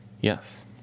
Yes